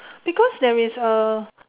because there is a